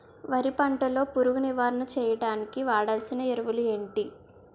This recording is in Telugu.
వరి పంట లో పురుగు నివారణ చేయడానికి వాడాల్సిన ఎరువులు ఏంటి?